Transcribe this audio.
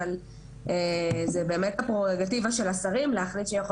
אבל זו באמת הפררוגטיבה של השרים להחליט שדווקא